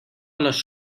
los